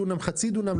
חצי דונם,